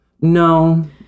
no